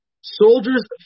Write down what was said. Soldiers